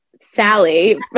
Sally